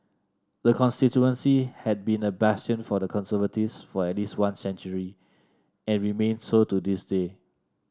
the constituency had been a bastion for the Conservatives for at least one century and remains so to this day